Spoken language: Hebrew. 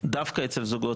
ולא רק שלכם.